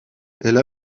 elle